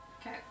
Okay